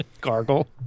Gargle